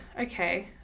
okay